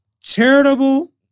charitable